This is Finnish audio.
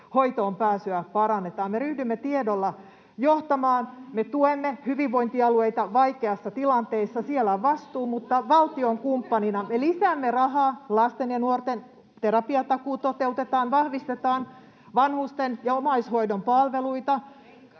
hoitoonpääsyä parannetaan. Me ryhdymme tiedolla johtamaan. Me tuemme hyvinvointialueita vaikeassa tilanteessa. Siellä on vastuu, mutta valtiokumppanina me lisäämme rahaa. Lasten ja nuorten terapiatakuu toteutetaan, vahvistetaan vanhusten ja omaishoidon palveluita,